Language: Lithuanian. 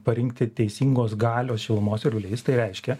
parinkti teisingos galios šilumos siurblys tai reiškia